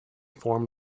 form